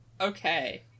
Okay